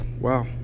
wow